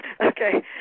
okay